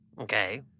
Okay